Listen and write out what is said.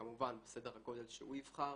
כמובן, בסדר הגודל שהוא יבחר,